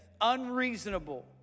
unreasonable